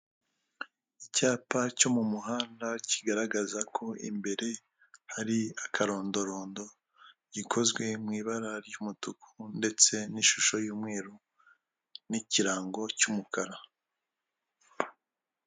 Abantu benshi batandukanye bamwe baricaye abandi barahagaze umwe muri bo afite ibendera rifite amabara atatu atandukanye, harimo ibara ry'ubururu, ibara ry'umuhondo, n'ibara ry'icyatsi kibisi.